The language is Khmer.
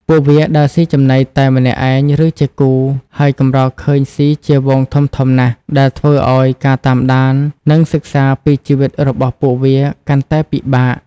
ពួកវាដើរស៊ីចំណីតែម្នាក់ឯង ឬជាគូ ហើយកម្រឃើញស៊ីជាហ្វូងធំៗណាស់ ដែលធ្វើឲ្យការតាមដាន និងសិក្សាពីជីវិតរបស់ពួកវាកាន់តែពិបាក។